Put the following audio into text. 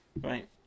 Right